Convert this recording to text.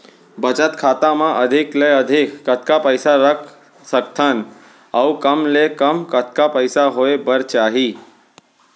बचत खाता मा अधिक ले अधिक कतका पइसा रख सकथन अऊ कम ले कम कतका पइसा होय बर चाही?